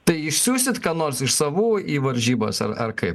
tai išsiųsit ką nors iš savų varžybose ar ar kaip